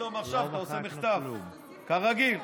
ופתאום עכשיו אתה עושה מחטף, כרגיל.